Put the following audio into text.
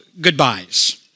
goodbyes